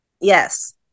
Yes